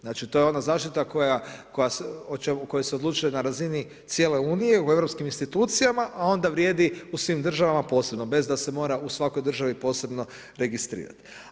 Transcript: Znači, to je ona zaštita kojoj se odlučuje na razini cijele Unije u europskim institucijama, a onda vrijedi u svim državama posebno bez da se mora u svakoj državi posebno registrirat.